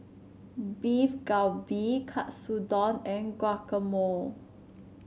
Beef Galbi Katsudon and Guacamole